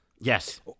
Yes